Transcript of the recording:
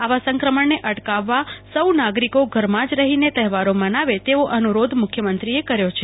આવા સંક્રમણને અટકાવવા સૌ નાગરિકો ઘરમાં જ રહીને તહેવારો મનાવે તેવો અનુરોધ પણ મુખ્યમંત્રીએ કર્યો છે